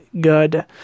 good